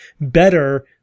better